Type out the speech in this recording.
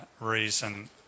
reason